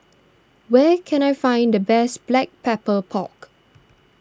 where can I find the best Black Pepper Pork